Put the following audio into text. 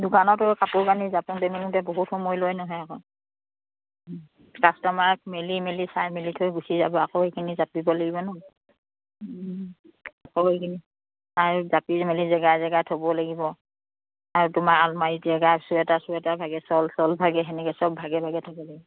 দোকানতো কাপোৰ কানি জাপোতে মেলোতে বহুত সময় লয় নহয় আকৌ কাষ্টমাৰক মেলি মেলি চাই মেলি থৈ গুচি যাব আকৌ সেইখিনি জাপিব লাগিব ন আকৌ সেইখিনি আৰু জাপি মেলি জেগাই জেগাই থ'ব লাগিব আৰু তোমাৰ আলমাৰী জেগাৰ চুৱেটাৰ চুৱেটাৰ ভাগে চল চল ভাগে সেনেকে চব ভাগে ভাগে থ'ব লাগিব